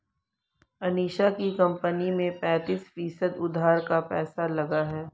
अनीशा की कंपनी में पैंतीस फीसद उधार का पैसा लगा है